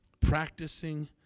Practicing